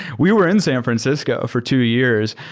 we were in san francisco for two years,